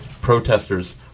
protesters